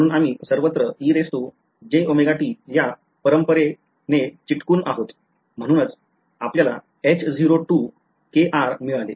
म्हणून आम्ही सर्वत्र या परंपरे चिकटून आहोत म्हणूनच आपल्याला मिळाले